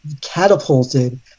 catapulted